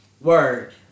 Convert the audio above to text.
Word